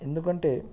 ఎందుకంటే